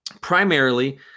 primarily